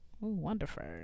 Wonderful